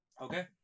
Okay